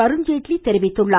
அருண்ஜேட்லி தெரிவித்துள்ளார்